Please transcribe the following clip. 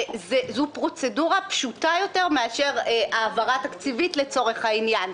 זו פרוצדורה פשוטה יותר מאשר העברה תקציבית לצורך העניין.